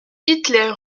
hitler